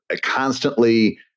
constantly